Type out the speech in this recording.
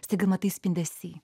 staiga matai spindesy